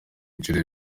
inshuro